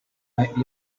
might